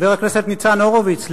חבר הכנסת ניצן הורוביץ,